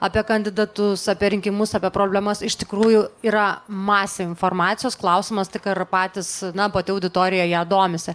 apie kandidatus apie rinkimus apie problemas iš tikrųjų yra masė informacijos klausimas tik ar patys na pati auditorija ja domisi